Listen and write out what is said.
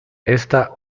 esta